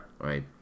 Right